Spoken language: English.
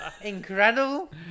incredible